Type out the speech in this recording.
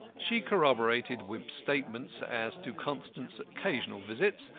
she corroborated wimp's statements as to constant's occasional visits,